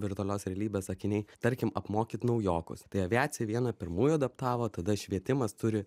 virtualios realybės akiniai tarkim apmokyt naujokus tai aviacija viena pirmųjų adaptavo tada švietimas turi